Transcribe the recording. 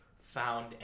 found